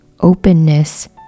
openness